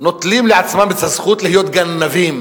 שנוטלים לעצמם את הזכות להיות גנבים.